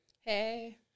Hey